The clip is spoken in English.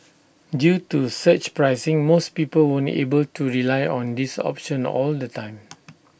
due to surge pricing most people won't able to rely on this option all the time